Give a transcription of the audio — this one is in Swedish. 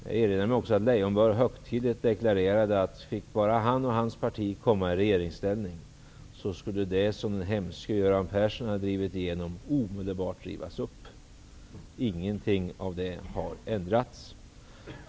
Jag erinrar mig också att Lars Leijonborg högtidligt deklarerade att om bara hans parti kom i regeringsställning, skulle det som den hemske Göran Persson hade drivit igenom omedelbart rivas upp. Ingenting av det har ändrats.